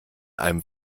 einem